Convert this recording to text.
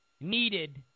needed